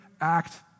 act